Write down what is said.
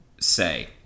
say